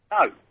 No